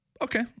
okay